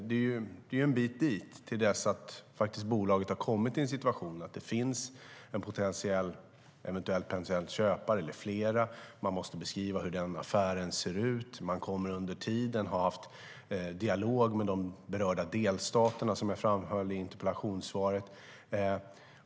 Det är en bit kvar tills bolaget har kommit i en sådan situation att det finns en eventuell köpare eller fler. Man måste beskriva hur den affären ser ut. Under tiden kommer man att ha haft en dialog med de berörda delstaterna, som jag framhöll i interpellationssvaret.